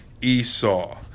Esau